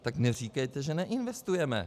Tak neříkejte, že neinvestujeme.